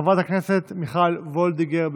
חברת הכנסת מיכל וולדיגר.